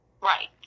Right